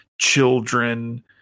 children